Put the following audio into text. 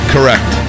Correct